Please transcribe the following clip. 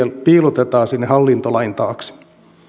piilotetaan sinne hallintolain taakse